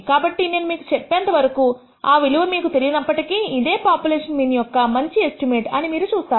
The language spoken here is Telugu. కాబట్టి నేను మీకు చెప్పేవరకూ ఆ విలువ మీకు తెలియనప్పటికీ ఇదే పాపులేషన్ మీన్ యొక్క మంచి ఎస్టిమేట్అని మీరు చూస్తారు